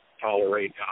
tolerate